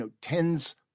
tens